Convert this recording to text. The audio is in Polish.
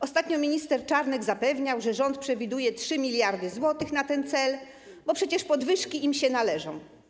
Ostatnio minister Czarnek zapewniał, że rząd przewiduje 3 mld zł na ten cel, bo przecież podwyżki im się należą.